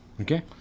Okay